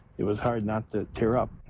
it was hard not to tear up.